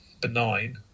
benign